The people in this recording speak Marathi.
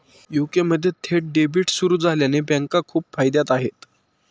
यू.के मध्ये थेट डेबिट सुरू झाल्याने बँका खूप फायद्यात आहे